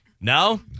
No